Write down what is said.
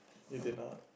you did not